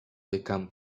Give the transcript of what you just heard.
become